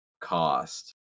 cost